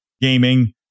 gaming